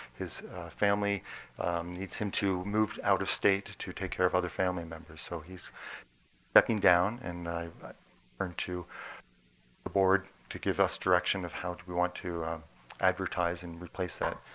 his family needs him to move out of state to take care of other family members. so he's stepping down and but turn to the board to give us direction of how we want to advertise and replace that